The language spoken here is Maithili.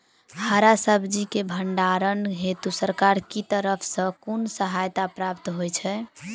हरा सब्जी केँ भण्डारण हेतु सरकार की तरफ सँ कुन सहायता प्राप्त होइ छै?